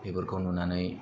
बेफोरखौ नुनानै